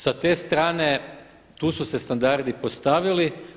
Sa te strane tu su se standardi postavili.